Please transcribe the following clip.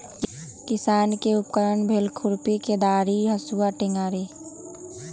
किसान के उपकरण भेल खुरपि कोदारी हसुआ टेंग़ारि